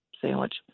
sandwich